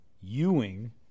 Ewing